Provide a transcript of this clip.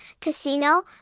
casino